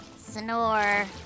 Snore